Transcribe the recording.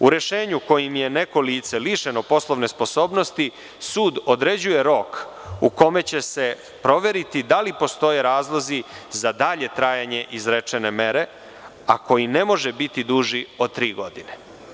U rešenju kojim je neko lice lišeno poslovne sposobnosti sud određuje rok u kome će se proveriti da li postoje razlozi za dalje trajanje izrečene mere, a koji ne može biti duži od tri godine.